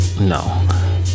No